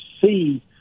see